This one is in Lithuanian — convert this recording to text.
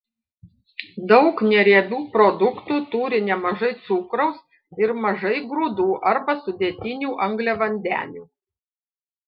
daug neriebių produktų turi nemažai cukraus ir mažai grūdų arba sudėtinių angliavandenių